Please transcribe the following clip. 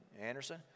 Anderson